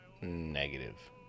Negative